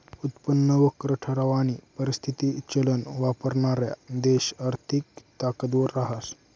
उत्पन्न वक्र ठरावानी परिस्थिती चलन वापरणारा देश आर्थिक ताकदवर रहास